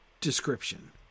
description